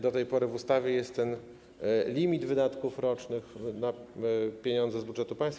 Do tej pory w ustawie jest ten limit wydatków rocznych na pieniądze z budżetu państwa.